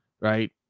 right